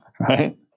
right